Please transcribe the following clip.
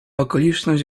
okoliczność